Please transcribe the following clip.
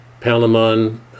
Palamon